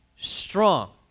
Strong